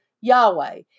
Yahweh